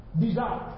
Desire